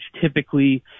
typically